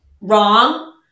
wrong